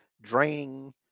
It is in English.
draining